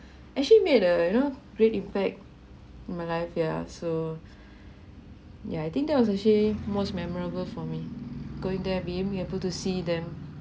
actually made a you know great impact in my life yeah so yeah I think that was actually most memorable for me going there being able to see them